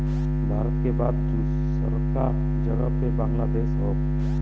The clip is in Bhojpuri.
भारत के बाद दूसरका जगह पे बांग्लादेश हौ